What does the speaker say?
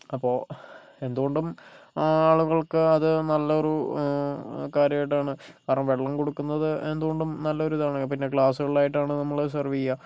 അപ്പോൾ എന്തുകൊണ്ടും ആളുകൾക്ക് അത് നല്ലൊരു കാര്യമായിട്ടാണ് കാരണം വെള്ളം കൊടുക്കുന്നത് എന്തുകൊണ്ടും നല്ലൊരു ഇതാണ് പിന്നെ ഗ്ലാസുകളിലായിട്ടാണ് നമ്മൾ സർവ് ചെയ്യുക